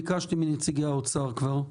ביקשתי מנציגי האוצר כבר,